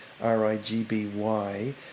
R-I-G-B-Y